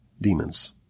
demons